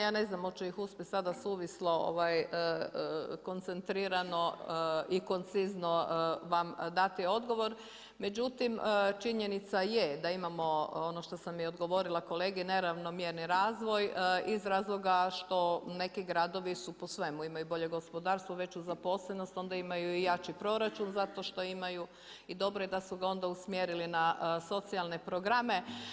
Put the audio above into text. Ja ne znam hoću li uspjeti sada suvislo koncentrirano i koncizno vam dati odgovor međutim činjenica je da imamo i ono što sam i odgovorila kolegi, neravnomjerni razvoj iz razloga što neki gradovi su po svemu, imaju bolje gospodarstvo, veću zaposlenost, onda imaju i jači proračun, zašto što imaju, i dobro je da su ga onda usmjerili na socijalne programe.